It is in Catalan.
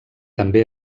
també